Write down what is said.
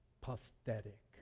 pathetic